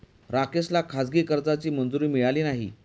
राकेशला खाजगी कर्जाची मंजुरी मिळाली नाही